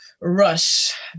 rush